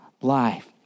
life